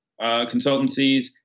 consultancies